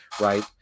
right